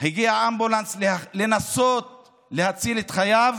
הגיע אמבולנס לנסות להציל את חייו,